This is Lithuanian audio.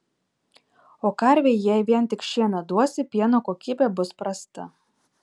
o karvei jei vien tik šieną duosi pieno kokybė bus prasta